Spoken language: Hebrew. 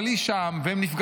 אבל היא שם, והן נפגשות